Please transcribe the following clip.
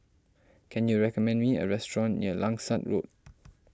can you recommend me a restaurant near Langsat Road